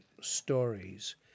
stories